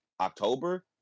October